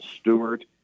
Stewart